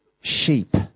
sheep